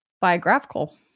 biographical